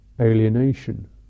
alienation